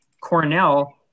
Cornell